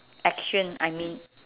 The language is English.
action I mean